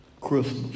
Christmas